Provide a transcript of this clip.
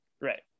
Right